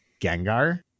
Gengar